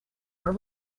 what